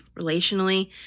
relationally